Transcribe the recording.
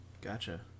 Gotcha